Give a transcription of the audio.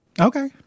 Okay